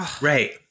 Right